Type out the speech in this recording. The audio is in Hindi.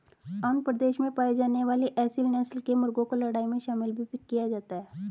आंध्र प्रदेश में पाई जाने वाली एसील नस्ल के मुर्गों को लड़ाई में भी शामिल किया जाता है